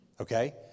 Okay